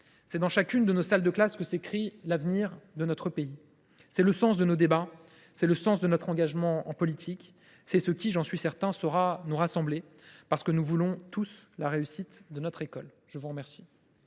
c’est dans chacune de nos salles de classe que s’écrit l’avenir de notre pays. C’est le sens de nos débats, c’est le sens de notre engagement en politique et c’est ce qui – j’en suis certain – saura nous rassembler, parce que nous voulons tous la réussite de notre école. Nous allons